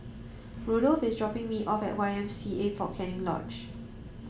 Randolph is dropping me off at Y M C A Fort Canning Lodge